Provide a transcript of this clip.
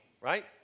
right